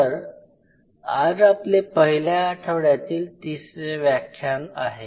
तर आज आपले पहिल्या आठवड्यातील तिसरे व्याख्यान आहे